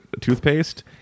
toothpaste